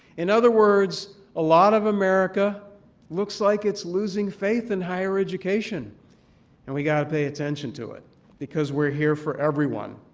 in other words, a lot of america looks like it's losing faith in higher education and we've got to pay attention to it because we're here for everyone,